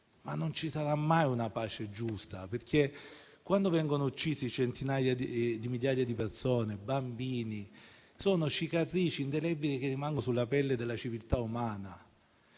ma non ci sarà mai una pace giusta, perché quando vengono uccise centinaia di migliaia di persone, compresi i bambini, si creano cicatrici indelebili, che rimangono sulla pelle della civiltà umana.